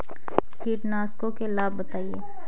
कीटनाशकों के लाभ बताएँ?